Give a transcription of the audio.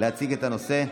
להציג את הנושא.